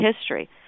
history